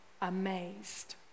amazed